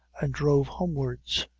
and drove homewards.